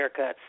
haircuts